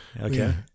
okay